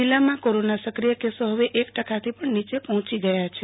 જિલ્લામાં કોરોનાના સક્રિય કેસો હવે એક ટકાથી પણ નીચે પહોંચી ગયા છે